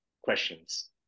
questions